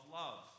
love